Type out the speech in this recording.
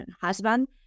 husband